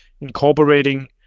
incorporating